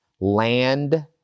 Land